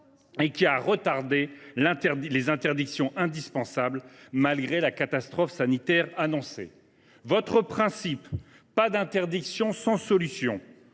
et qui a retardé les interdictions indispensables, malgré la catastrophe sanitaire annoncée. Votre principe « pas d’interdiction sans solution